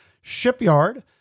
Shipyard